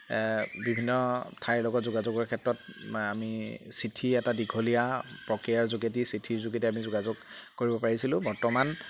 বিভিন্ন ঠাইৰ লগত যোগাযোগৰ ক্ষেত্ৰত আমি চিঠি এটা দীঘলীয়া প্ৰক্ৰিয়াৰ যোগেদি চিঠিৰ যোগেদি আমি যোগাযোগ কৰিব পাৰিছিলোঁ বৰ্তমান